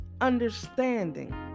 understanding